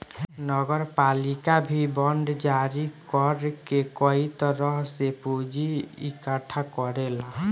नगरपालिका भी बांड जारी कर के कई तरह से पूंजी इकट्ठा करेला